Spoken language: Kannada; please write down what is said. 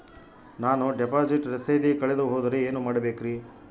ನಾನು ಡಿಪಾಸಿಟ್ ರಸೇದಿ ಕಳೆದುಹೋದರೆ ಏನು ಮಾಡಬೇಕ್ರಿ?